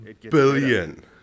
billion